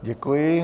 Děkuji.